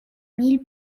mille